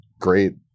great